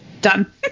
Done